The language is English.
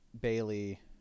Bailey